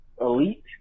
elite